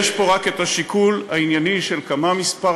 יש פה רק השיקול הענייני של מה מספר